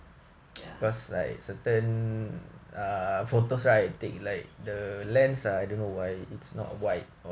ya